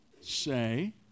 say